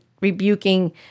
rebuking